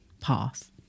path